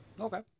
Okay